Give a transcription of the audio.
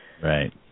Right